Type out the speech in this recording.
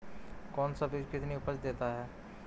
कौन सा बीज कितनी उपज देता है?